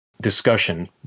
discussion